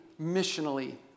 missionally